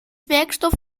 werkstoff